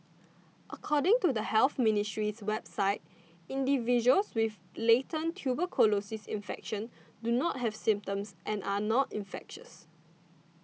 according to the Health Ministry's website individuals with latent tuberculosis infection not have symptoms and are not infectious